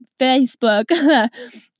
Facebook